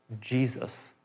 Jesus